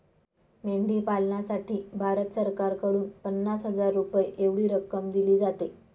मेंढी पालनासाठी भारत सरकारकडून पन्नास हजार रुपये एवढी रक्कम दिली जाते